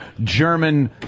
German